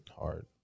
hard